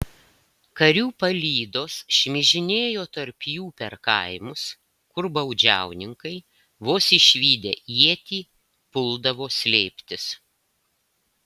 karių palydos šmižinėjo tarp jų per kaimus kur baudžiauninkai vos išvydę ietį puldavo slėptis